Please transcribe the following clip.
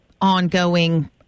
ongoing